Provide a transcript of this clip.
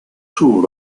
tool